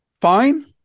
fine